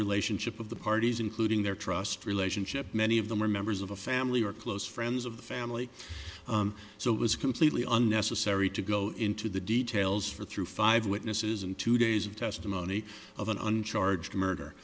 relationship of the parties including their trust relationship many of them are members of a family or close friends of the family so it was completely unnecessary to go into the details for through five witnesses and two days of testimony of an uncharged murder